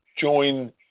join